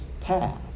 path